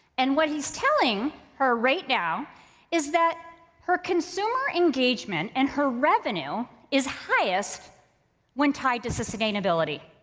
and what he's telling her right now is that her consumer engagement and her revenue is highest when tied to sustainability.